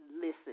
listen